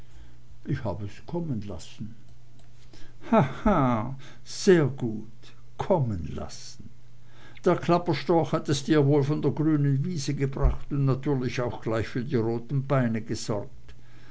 ich hab es kommen lassen haha sehr gut kommen lassen der klapperstorch hat es dir wohl von der grünen wiese gebracht und natürlich auch gleich für die roten beine gesorgt